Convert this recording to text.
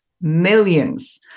millions